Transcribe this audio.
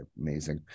amazing